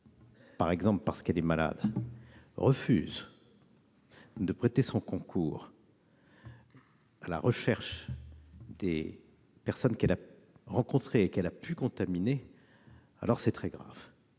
par exemple parce qu'il est malade, refuse de prêter son concours à la recherche des personnes qu'il a rencontrées et pu contaminer, c'est très grave